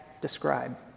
describe